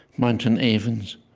mountain avens,